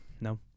No